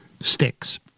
sticks